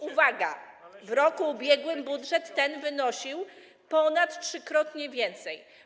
Uwaga, w roku ubiegłym budżet ten wynosił ponadtrzykrotnie więcej.